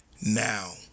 now